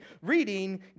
reading